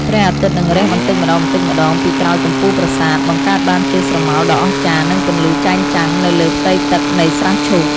ព្រះអាទិត្យនឹងរះបន្តិចម្តងៗពីក្រោយកំពូលប្រាសាទ បង្កើតបានជាស្រមោលដ៏អស្ចារ្យនិងពន្លឺចែងចាំងនៅលើផ្ទៃទឹកនៃស្រះឈូក។